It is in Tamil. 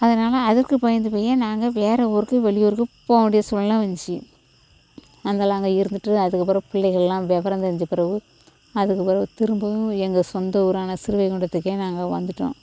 அதனால் அதுக்கு பயந்து போயே நாங்கள் வேறு ஊருக்கு வெளி ஊருக்கு போக வேண்டிய சூழ்நிலை வந்துச்சு அங்கே நாங்கள் இருந்துட்டு அதுக்கப்புறம் பிள்ளைகள்லாம் விவரம் தெரிஞ்ச பிறவு அதுக்கு பிறவு திரும்பவும் எங்கள் சொந்த ஊரான சிறுவைகுண்டத்துக்கே நாங்கள் வந்துவிட்டோம்